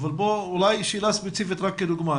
אבל אולי שאלה ספציפית רק כדוגמה,